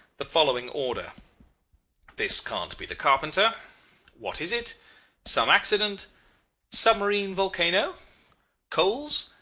the following order this can't be the carpenter what is it some accident submarine volcano coals,